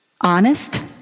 honest